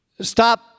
stop